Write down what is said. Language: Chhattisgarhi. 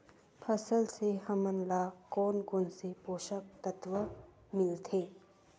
फसल से हमन ला कोन कोन से पोषक तत्व मिलथे?